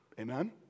amen